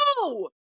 No